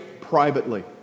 privately